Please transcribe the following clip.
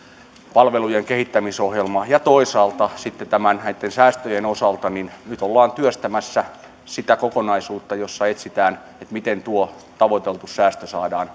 palvelujen kehittämisohjelma ja toisaalta sitten näitten säästöjen osalta nyt ollaan työstämässä sitä kokonaisuutta jossa etsitään miten tuo tavoiteltu säästö saadaan